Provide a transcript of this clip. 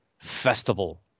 Festival